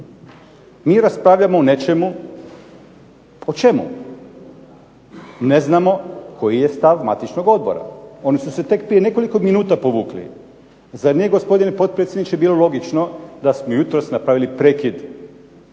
Mi raspravljamo o nečemu, o čemu? Ne znamo koji je stav matičnog odbora. Oni su se tek prije nekoliko trenutaka povukli. Zar nije, gospodine potpredsjedniče, bilo logično da smo jutros napravili prekid?